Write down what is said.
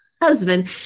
husband